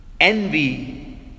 envy